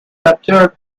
captured